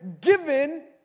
given